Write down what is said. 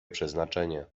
przeznaczenie